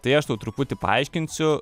tai aš tau truputį paaiškinsiu